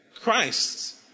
Christ